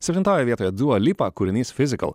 septintoje vietoje dua lipa kūrinys physical